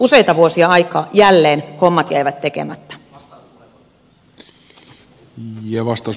useita vuosia aikaa jälleen hommat jäivät tekemättä